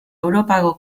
europako